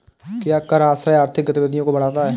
क्या कर आश्रय आर्थिक गतिविधियों को बढ़ाता है?